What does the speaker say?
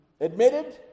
admitted